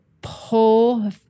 pull